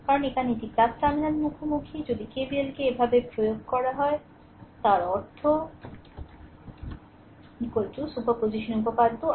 কারণ এখানে এটি টার্মিনাল মুখোমুখি যদি KVLকে এভাবে প্রয়োগ করে তার অর্থ সুপারপজিশন উপপাদ্য i1 i2 i3